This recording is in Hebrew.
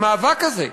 המאבק הזה,